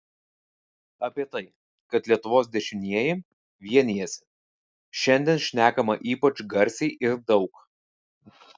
apie tai kad lietuvos dešinieji vienijasi šiandien šnekama ypač garsiai ir daug